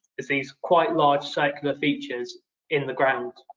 is these quite large circular features in the ground.